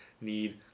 need